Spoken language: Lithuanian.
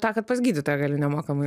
tą kad pas gydytoją gali nemokamai